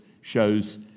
shows